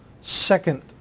Second